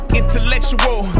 intellectual